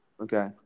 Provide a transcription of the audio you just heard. Okay